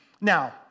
Now